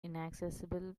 inaccessible